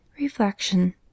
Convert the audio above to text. Reflection